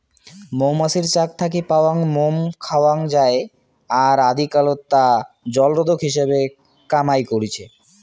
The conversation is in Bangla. মৌমাছির চাক থাকি পাওয়াং মোম খাওয়াং যাই আর আদিকালত তা জলরোধক হিসাবে কামাই করিচে